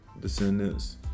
descendants